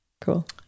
Cool